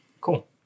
Cool